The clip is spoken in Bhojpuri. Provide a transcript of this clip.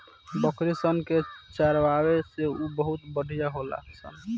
बकरी सन के चरावे से उ बहुते बढ़िया होली सन